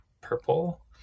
purple